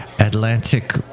Atlantic